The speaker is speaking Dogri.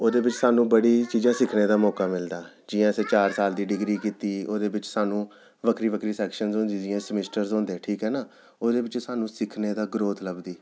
ओह्दे बिच सानूं बड़ी चीज़ां सिक्खने दा मौका मिलदा जि'यां असें चार साल दी डिग्री कीती ओह्दे बिच सानूं बक्खरी बक्खरी सेक्शन्स होंदी जि'यां समिस्टर्स होंदे ठीक ऐ ना ओह्दे बिचा सानूं सिक्खने दा ग्रोथ लभदी